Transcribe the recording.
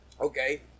okay